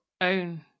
own